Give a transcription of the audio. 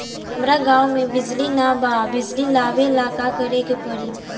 हमरा गॉव बिजली न बा बिजली लाबे ला का करे के पड़ी?